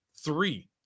Three